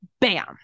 bam